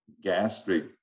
gastric